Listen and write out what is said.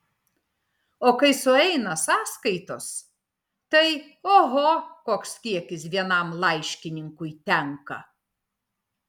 o kai sueina sąskaitos tai oho koks kiekis vienam laiškininkui tenka